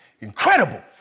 Incredible